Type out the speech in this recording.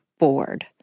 bored